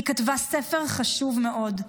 היא כתבה ספר חשוב מאוד,